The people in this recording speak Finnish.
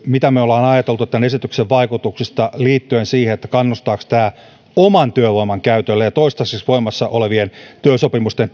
mitä me olemme ajatelleet tämän esityksen vaikutuksista liittyen siihen kannustaako tämä oman työvoiman käyttöön ja toistaiseksi voimassa olevien työsopimusten